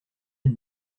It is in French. une